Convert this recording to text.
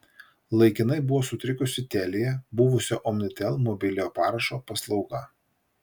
laikinai buvo sutrikusi telia buvusio omnitel mobiliojo parašo paslauga